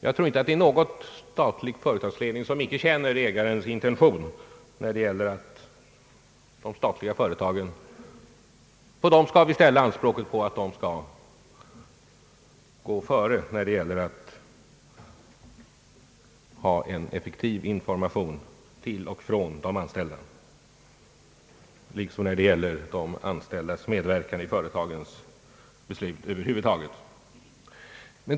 Jag tror inte att det finns någon statlig företagsledning som inte känner ägarens intention och att vi ställer det anspråket på de statliga företagen att dessa går före när det gäller en effektiv information till och från de anställda liksom när det gäller de anställdas medverkan i företagens beslut.